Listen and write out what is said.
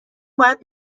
باید